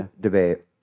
debate